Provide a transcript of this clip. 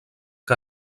que